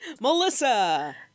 Melissa